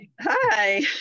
Hi